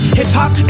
hip-hop